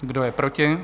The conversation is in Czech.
Kdo je proti?